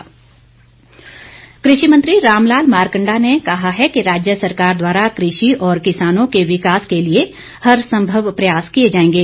मारकंडा कृषि मंत्री रामलाल मारकंडा ने कहा है कि राज्य सरकार द्वारा कृषि और किसानों के विकास के लिए हरसंभव प्रयास किए जाएंगे